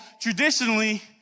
traditionally